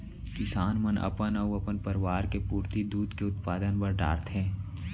किसान मन अपन अउ अपन परवार के पुरती दूद के उत्पादन कर डारथें